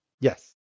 Yes